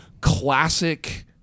classic